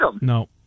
no